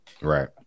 Right